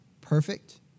perfect